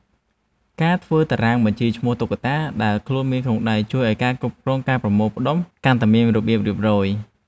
ការធ្វើតារាងបញ្ជីឈ្មោះតុក្កតាដែលខ្លួនមានក្នុងដៃ ជួយឱ្យការគ្រប់គ្រងការប្រមូលផ្ដុំកាន់តែមានរបៀបរៀបរយ។